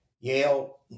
Yale